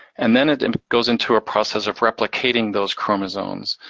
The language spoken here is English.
and then it and goes into a process of replicating those chromosomes.